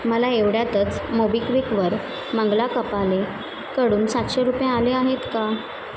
मला एवढ्यातच मोबिक्विकवर मंगला कपालेकडून सातशे रुपये आले आहेत का